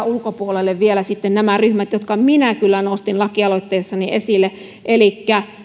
ulkopuolelle jäävät vielä sitten nämä ryhmät jotka minä kyllä nostin lakialoitteessani esille elikkä